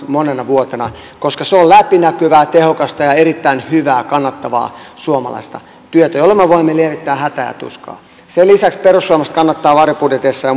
monena vuotena koska se on läpinäkyvää tehokasta ja erittäin hyvää kannattavaa suomalaista työtä jolla me me voimme lievittää hätää ja tuskaa sen lisäksi perussuomalaiset kannattaa varjobudjeteissaan